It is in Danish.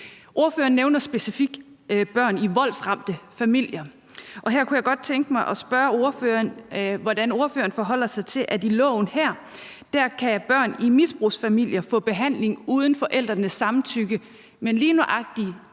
Ordføreren nævner specifikt børn i voldsramte familier. Her kunne jeg godt tænke mig spørge ordføreren, hvordan ordføreren forholder sig til, at børn i misbrugsfamilier ifølge lovforslaget her kan få behandling uden forældrenes samtykke, men lige nøjagtig